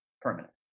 permanent